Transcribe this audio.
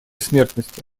смертности